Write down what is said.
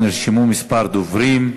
נרשמו כמה דוברים.